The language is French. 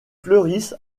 fleurissent